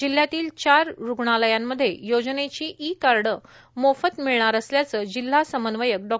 जिल्हयातील चार रुणालयामध्ये योजनेची ई कार्ड मोफत मिळणार असल्याचं जिल्हा समन्वयक डॉ